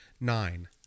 nine